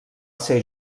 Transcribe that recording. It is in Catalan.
ser